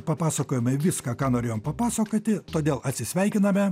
papasakojome viską ką norėjom papasakoti todėl atsisveikiname